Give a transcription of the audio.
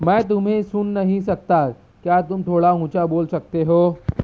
میں تمہیں سن نہیں سکتا کیا تم تھوڑا اونچا بول سکتے ہو